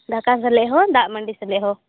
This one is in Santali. ᱫᱨᱟᱠᱟᱥ ᱞᱮᱦᱚ ᱫᱟᱜ ᱢᱟᱱᱰᱤ ᱥᱮᱞᱮᱦᱚᱸ